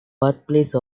birthplace